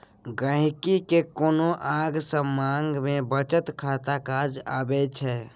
गांहिकी केँ कोनो आँग समाँग मे बचत खाता काज अबै छै